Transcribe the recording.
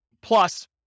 plus